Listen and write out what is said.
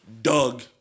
Doug